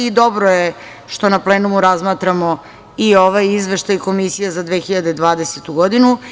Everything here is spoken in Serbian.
Dobro je što na plenumu razmatramo i ovaj Izveštaj Komisije za 2020. godinu.